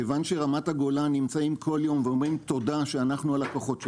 מכיוון שרמת הגולן נמצאים כל יום ואומרים תודה שאנחנו הלקוחות שלהם,